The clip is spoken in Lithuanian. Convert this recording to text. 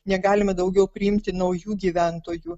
negalime daugiau priimti naujų gyventojų